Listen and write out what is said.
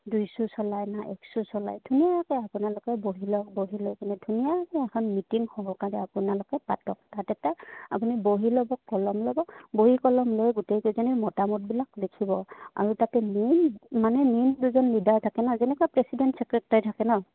দুইশ্বু চলাই ন একশ্বু চলাই ধুনীয়াকে আপোনালোকে বহি লওক বহি লৈ কিনে ধুনীয়াকে এখন মিটিং হ'ব কাৰণে আপোনালোকে পাতক আপুনি বহী ল'ব কলম ল'ব বহী কলম লৈ গোটেইকেইজনী মতামতবিলাক লিখিব আৰু তাতে মেইন মানে মেইন দুজন লিডাৰ থাকে ন যেনেকুৱা প্ৰেচিডেণ্ট ছেক্ৰেটোৰী থাকে ন